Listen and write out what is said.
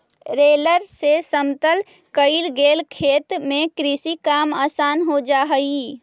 roller से समतल कईल गेल खेत में कृषि काम आसान हो जा हई